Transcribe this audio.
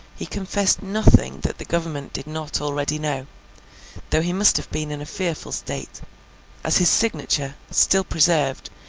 he confessed nothing that the government did not already know though he must have been in a fearful state as his signature, still preserved,